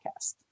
podcast